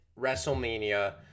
WrestleMania